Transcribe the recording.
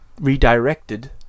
redirected